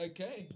Okay